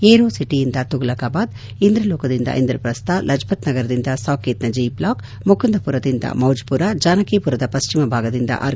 aero ಸಿಟಿಯಿಂದ ತುಫಲಕ್ಬಾದ್ ಇಂದ್ರಲೋಕದಿಂದ ಇಂದ್ರಪ್ರಸ್ಟ ಲಜ್ಜತ್ ನಗರದಿಂದ ಸಾಕೇತ್ ಜಿ ಬ್ಲಾಕ್ ಮುಕುಂದಪುರದಿಂದ ಮೌಜ್ಪುರ ಜಾನಕಿಪುರದ ಪಶ್ಚಿಮ ಭಾಗದಿಂದ ಆರ್